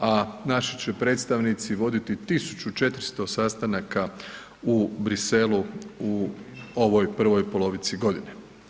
a naši će predstavnici voditi 1400 sastanaka u Briselu u ovoj prvoj polovici godine.